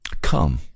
come